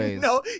no